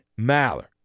Maller